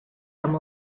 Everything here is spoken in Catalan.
amb